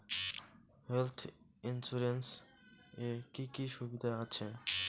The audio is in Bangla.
হেলথ ইন্সুরেন্স এ কি কি সুবিধা আছে?